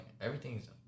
everything's